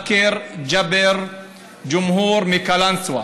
בכר ג'בר ג'ומהור מקלנסווה,